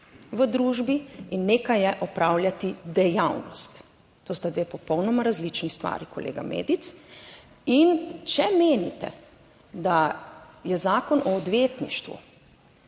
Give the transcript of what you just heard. v družbi in nekaj je opravljati dejavnost, to sta dve popolnoma različni stvari, kolega Medic. In če menite, da je Zakon o odvetništvu